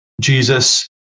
Jesus